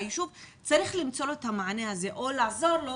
היישוב צריך למצוא לו את המענה הזה או לעזור לו